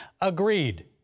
Agreed